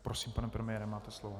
Prosím, pane premiére, máte slovo.